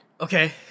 Okay